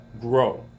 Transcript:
grow